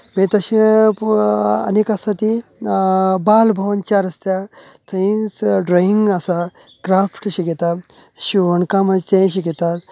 मागीर तशें आनीक आसा ती बाल भवन चार रस्त्यार थंय ड्रॉइंग आसा क्राफ्ट शिकयतात शिवण कामाचे शिकयतात